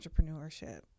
entrepreneurship